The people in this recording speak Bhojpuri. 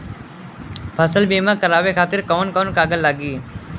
फसल बीमा करावे खातिर कवन कवन कागज लगी?